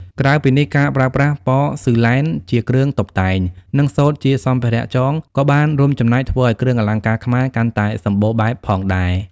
ក្រៅពីនេះ ការប្រើប្រាស់ប៉សឺឡែនជាគ្រឿងតុបតែង និងសូត្រជាសម្ភារៈចង ក៏បានរួមចំណែកធ្វើឱ្យគ្រឿងអលង្ការខ្មែរកាន់តែសម្បូរបែបផងដែរ។